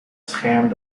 scherm